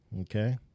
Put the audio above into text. okay